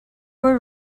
were